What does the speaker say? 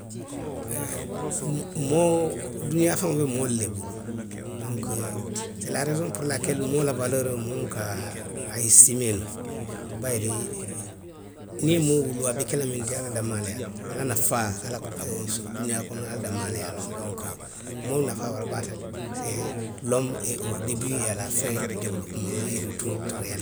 Eee, moo, duniyaa feŋolu be moolu le bulu, se laa reesoŋ puru lakeli moo la walooroo moo buka a esitimlee noo. Bayiri, niŋ i ye moo wuluu. a be ke la miŋ ti, ala danmaa le ye wo loŋ. A la nafaa. ala,, duniyaa kono, ala danmaa le ye a loŋ. Donku. moo nafaa wara baata le. see, lomu ee oo debi e a la feŋ di dewolopemaŋ e de tutti reyaalitee. ŋ. ň